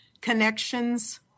connections